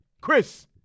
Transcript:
Chris